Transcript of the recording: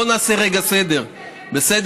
בואו נעשה רגע סדר, בסדר?